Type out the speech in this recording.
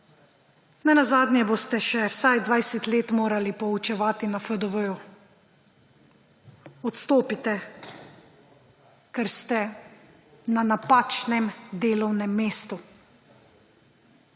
Nenazadnje boste še vsaj 20 let morali poučevati na FDV. Odstopite, ker ste na napačnem delovnem mestu,